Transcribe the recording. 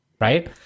right